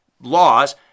laws